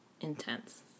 intense